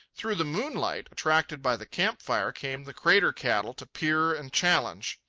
through the moonlight, attracted by the camp-fire, came the crater cattle to peer and challenge.